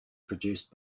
produced